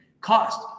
Cost